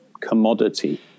commodity